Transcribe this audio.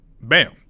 bam